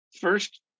first